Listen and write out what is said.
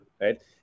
right